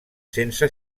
sense